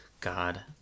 God